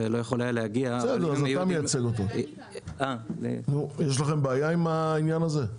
יש לכם בעיה עם העניין הזה?